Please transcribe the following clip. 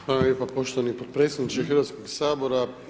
Hvala lijepa poštovani potpredsjedniče Hrvatskoga sabora.